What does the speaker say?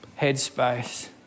headspace